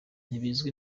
ntibizwi